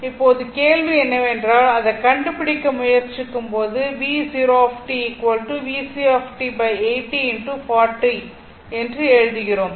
இப்போது கேள்வி என்னவென்றால் அதை கண்டுபிடிக்க முயற்சிக்கும்போது V 0 t VCt 80 x 40 என்று எழுதுகிறோம்